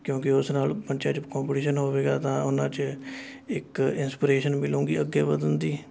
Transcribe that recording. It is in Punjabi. ਕਿਉਂਕਿ ਉਸ ਨਾਲ਼ ਬੱਚਿਆਂ 'ਚ ਕੋਂਪੀਟੀਸ਼ਨ ਹੋਵੇਗਾ ਤਾਂ ਉਹਨਾਂ 'ਚ ਇੱਕ ਇੰਸਪੀਰੇਸ਼ਨ ਮਿਲੂਗੀ ਅੱਗੇ ਵੱਧਣ ਦੀ